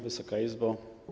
Wysoka Izbo!